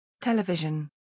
television